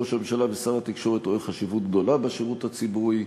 שראש הממשלה ושר התקשורת רואה חשיבות גדולה בשירות הציבורי.